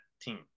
team